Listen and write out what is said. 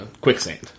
quicksand